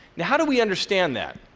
now, how do we understand that?